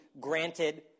granted